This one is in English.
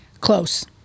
Close